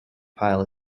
pile